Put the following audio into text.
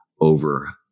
over